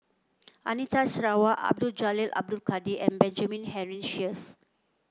Anita Sarawak Abdul Jalil Abdul Kadir and Benjamin Henry Sheares